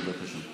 בבקשה.